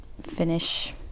finish